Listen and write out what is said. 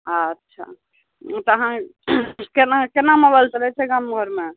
अच्छा तऽ अहाँ हइ केना केना मोबाइल चलय छै गाम घरमे